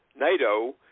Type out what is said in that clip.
NATO